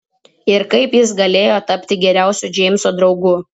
ir kaip jis galėjo tapti geriausiu džeimso draugu